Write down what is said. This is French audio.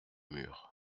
mur